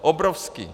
Obrovský.